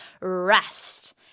rest